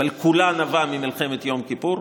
שכולה נבעה ממלחמת יום כיפור,